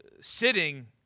sitting